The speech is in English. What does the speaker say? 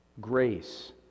Grace